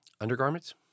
Undergarments